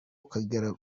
ukagera